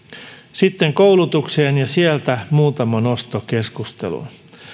sitten koulutukseen ja sieltä muutama nosto keskusteluun